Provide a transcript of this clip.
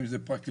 אם זה פרקליטות,